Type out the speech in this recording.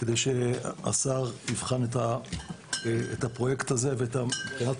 כדי שהשר יבחן את הפרויקט הזה מבחינת